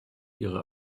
ihre